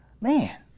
Man